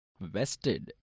vested